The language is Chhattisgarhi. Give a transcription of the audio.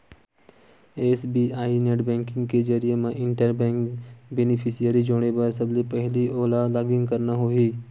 एस.बी.आई नेट बेंकिंग के जरिए म इंटर बेंक बेनिफिसियरी जोड़े बर सबले पहिली ओला लॉगिन करना होही